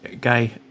Guy